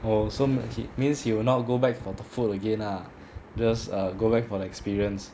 oh so means he will not go back for the food again lah just err go back for the experience